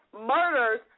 murders